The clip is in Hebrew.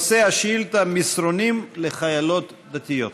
נושא השאילתה: מסרונים לחיילות דתיות.